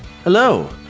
Hello